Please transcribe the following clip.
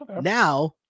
now